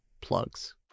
plugs